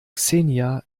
xenia